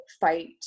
fight